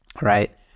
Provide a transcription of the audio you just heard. Right